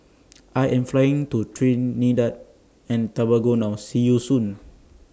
I Am Flying to Trinidad and Tobago now See YOU Soon